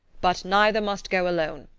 but neither must go alone.